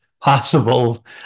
possible